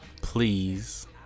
please